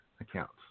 accounts